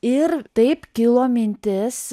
ir taip kilo mintis